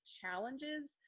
challenges